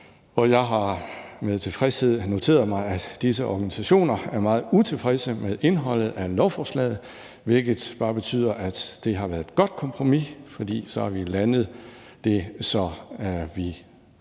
jeg har med tilfredshed noteret mig, at disse organisationer er meget utilfredse med indholdet af lovforslaget, hvilket bare betyder, at det har været et godt kompromis, for så har vi landet det, så vi er